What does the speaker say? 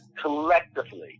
Collectively